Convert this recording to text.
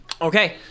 Okay